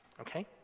okay